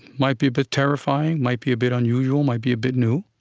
might be a bit terrifying, might be a bit unusual, might be a bit new,